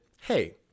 hey